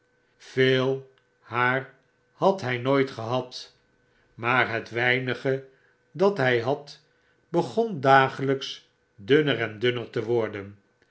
yeel htfar had h nooit gehad maar hefc weinige dat hjj had begon dageiyks dunner en dunner te worden